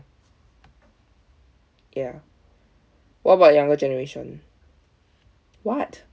ya what about younger generation what